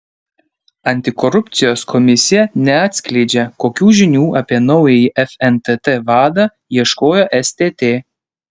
antikorupcijos komisija neatskleidžia kokių žinių apie naująjį fntt vadą ieškojo stt